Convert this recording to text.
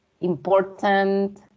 important